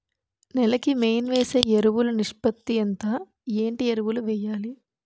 నేల కి మెయిన్ వేసే ఎరువులు నిష్పత్తి ఎంత? ఏంటి ఎరువుల వేయాలి?